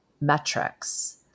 metrics